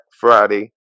Friday